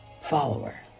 follower